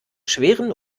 schweren